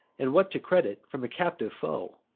and what to credit from a captive foe.